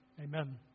amen